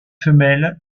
femelles